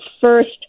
first